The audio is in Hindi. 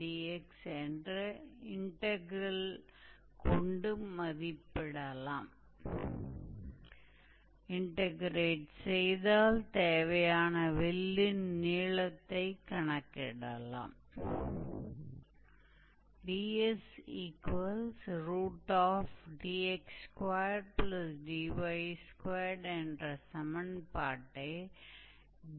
इसी तरह अगर हम इसे dx द्वारा विभाजित करने के बजाय यहां व्यक्त करते हैं तो हम इसे dy से विभाजित करते हैं और फिर भी हम समान फॉर्मूला प्राप्त करेंगे